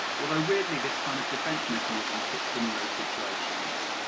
although weirdly this kind of defence mechanism kicks in, in those situations,